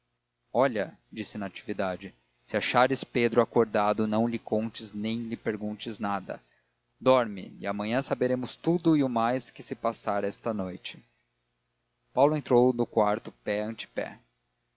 olha disse natividade se achares pedro acordado não lhe contes nem lhe perguntes nada dorme e amanhã saberemos tudo e o mais que se passar esta noite paulo entrou no quarto pé